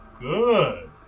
good